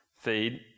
feed